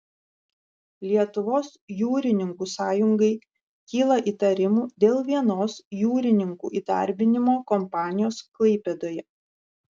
lietuvos jūrininkų sąjungai kyla įtarimų dėl vienos jūrininkų įdarbinimo kompanijos klaipėdoje